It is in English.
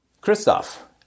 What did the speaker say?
Christoph